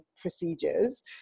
procedures